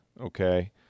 okay –